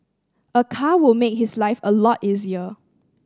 a car will make his life a lot easier